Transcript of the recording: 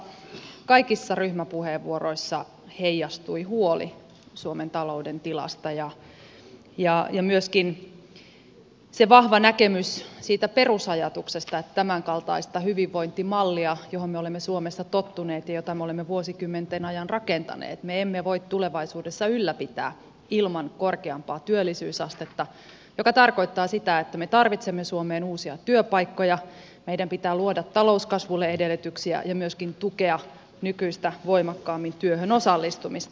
minusta kaikissa ryhmäpuheenvuoroissa heijastui huoli suomen talouden tilasta ja myöskin se vahva näkemys siitä perusajatuksesta että tämänkaltaista hyvinvointimallia johon me olemme suomessa tottuneet ja jota me olemme vuosikymmenten ajan rakentaneet me emme voi tulevaisuudessa ylläpitää ilman korkeampaa työllisyysastetta mikä tarkoittaa sitä että me tarvitsemme suomeen uusia työpaikkoja meidän pitää luoda talouskasvulle edellytyksiä ja myöskin tukea nykyistä voimakkaammin työhön osallistumista